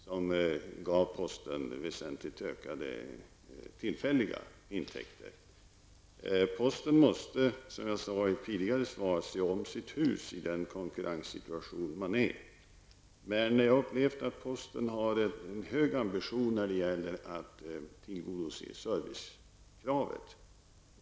Detta gav posten väsentligt ökade tillfälliga intäkter. Posten måste, som jag sade i ett tidigare svar, se om sitt hus i den konkurrenssituation som posten befinner sig i. Jag har upplevt att posten har en hög ambition när det gäller att tillgodose servicekravet.